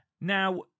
Now